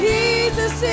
Jesus